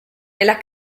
nella